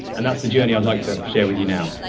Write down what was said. and that's the journey i'd like to share with you now.